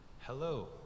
Hello